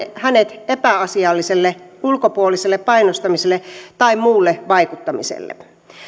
hänet epäasialliselle ulkopuoliselle painostamiselle tai muulle vaikuttamiselle